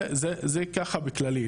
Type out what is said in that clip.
זה בכללי.